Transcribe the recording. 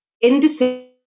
indecision